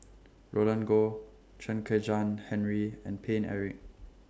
Roland Goh Chen Kezhan Henri and Paine Eric